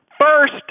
first